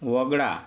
वगळा